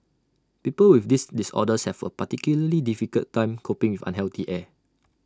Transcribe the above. people with these disorders have A particularly difficult time coping with unhealthy air